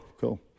cool